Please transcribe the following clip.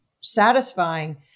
satisfying